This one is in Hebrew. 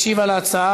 ישיב על ההצעה,